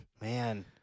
Man